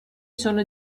sono